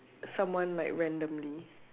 someone like randomly